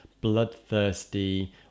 bloodthirsty